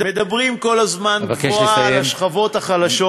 מדברים כל הזמן גבוהה על השכבות החלשות,